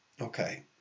Okay